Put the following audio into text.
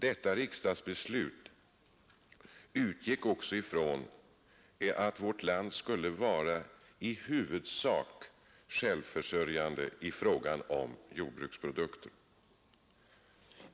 Detta riksdagsbeslut utgick också från att vårt land skulle vara i huvudsak självförsörjande i fråga om jordbruksprodukter.